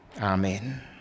Amen